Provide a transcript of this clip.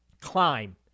climb